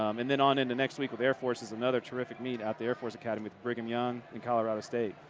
um and then on into next week with air force is another terrific meet at the air force academy. brigham young in colorado state.